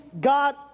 God